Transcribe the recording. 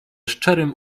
szczerym